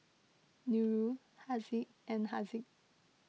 Nurul Haziq and Haziq